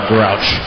Grouch